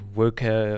worker